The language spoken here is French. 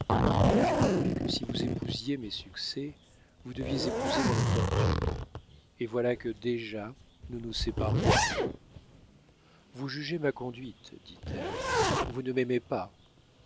j'ai compris que si vous épousiez mes succès vous deviez épouser mon infortune et voilà que déjà nous nous séparons vous jugez ma conduite dit-elle vous ne m'aimez pas